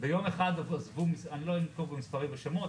ביום אחד עזבו לא אנקוב במספרים ובשמות,